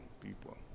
people